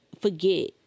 forget